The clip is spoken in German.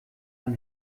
man